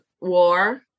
war